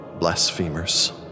Blasphemers